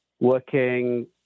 working